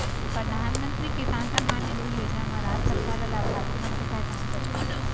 परधानमंतरी किसान सम्मान निधि योजना म राज सरकार ल लाभार्थी मन के पहचान करथे